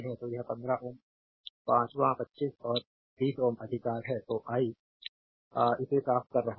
तो यह 15 Ω Ω पांचवां 25 और 20 Ω अधिकार है तो आई इसे साफ कर रहा हूं